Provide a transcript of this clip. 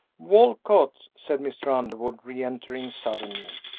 walcott, said mr. underwood, re-entering suddenly,